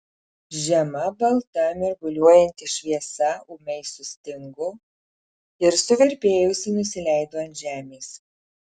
žema balta mirguliuojanti šviesa ūmiai sustingo ir suvirpėjusi nusileido ant žemės